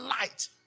light